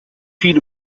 viel